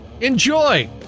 Enjoy